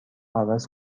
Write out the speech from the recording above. عوض